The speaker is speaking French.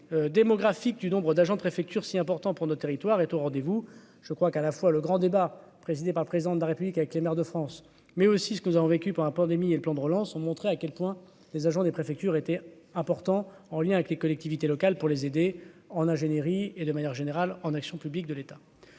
Démographique du nombre d'agents préfecture si important pour notre territoire est au rendez-vous, je crois qu'à la fois le grand débat présidé par le président de la République avec les maires de France, mais aussi ce que nous avons vécu pendant la pandémie et le plan de relance ont montré à quel point les agents des préfectures était important en lien avec les collectivités locales pour les aider en ingénierie et de manière générale en action publique de l'État